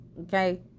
okay